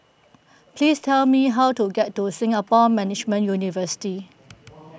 please tell me how to get to Singapore Management University